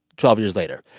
twelve years later.